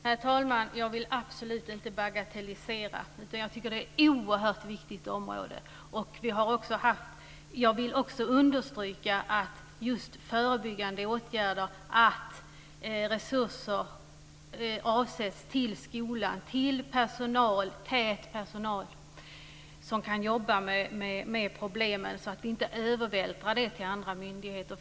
Herr talman! Jag vill absolut inte bagatellisera. Jag tycker att det är ett oerhört viktigt område. Jag vill också understryka just förebyggande åtgärder, att resurser avsätts till skolan, till personal som kan jobba med problemen och inte behöva övervältra det till andra myndigheter.